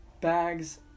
bags